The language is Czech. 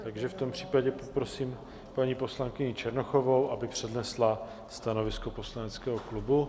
Takže v tom případě poprosím paní poslankyni Černochovou, aby přednesla stanovisko poslaneckého klubu.